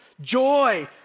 joy